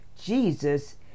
Jesus